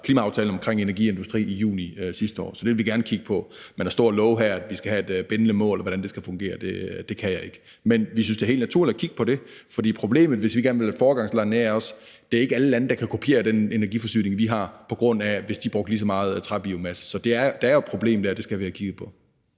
klimaaftale omkring energi og industri fra juni sidste år, som vi har indgået. Så det vil vi gerne kigge på. Men at stå her og love, at vi skal have et bindende mål, og hvordan det skal fungere, kan jeg ikke. Men vi synes, det er helt naturligt at kigge på det, for problemet, hvis vi gerne vil være foregangsland, er også, at det ikke er alle lande, der kan kopiere den energiforsyning, vi har, hvis de brugte lige så meget træbiomasse. Så der er jo et problem dér, og det skal vi have kigget på.